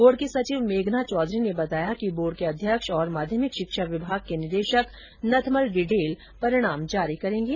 board की सचिव मेघना चौधरी ने बताया कि बोर्ड के अध्यक्ष तथा माध्यमिक शिक्षा विभाग के निदेशक नथमल डिडेल परिणाम जारी करेंगे